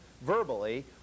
verbally